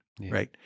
right